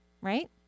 right